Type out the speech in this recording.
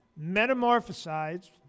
metamorphosized